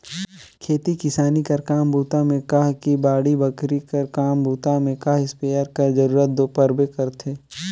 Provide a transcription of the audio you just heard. खेती किसानी कर काम बूता मे कह कि बाड़ी बखरी कर काम बूता मे कह इस्पेयर कर जरूरत दो परबे करथे